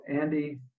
Andy